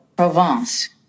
Provence